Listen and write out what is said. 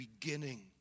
beginning